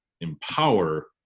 empower